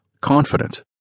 Confident